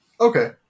Okay